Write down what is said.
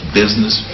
business